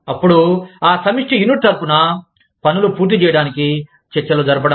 అప్పుడు ఆ సమిష్టి యూనిట్ తరపున పనులు పూర్తి చేయడానికి చర్చలు జరపడం